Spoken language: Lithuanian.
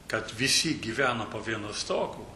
kad visi gyvena po vienu stogu